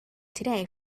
today